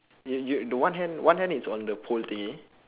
yeah yeah the one hand one hand is on the pole thingy